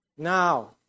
Now